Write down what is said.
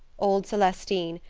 old celestine,